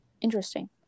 Interesting